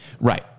right